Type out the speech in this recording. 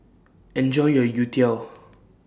Enjoy your Youtiao